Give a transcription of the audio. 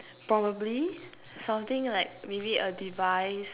probably something like maybe a device